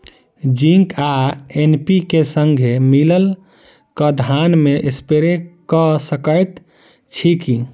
Zinc आ NPK, संगे मिलल कऽ धान मे स्प्रे कऽ सकैत छी की?